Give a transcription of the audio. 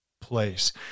place